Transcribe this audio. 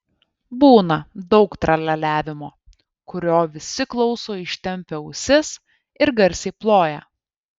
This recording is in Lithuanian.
būna daug tralialiavimo kurio visi klauso ištempę ausis ir garsiai ploja